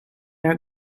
are